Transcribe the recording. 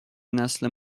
نسل